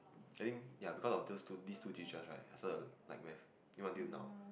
I think ya because of these two these two teachers right I started to like math even until now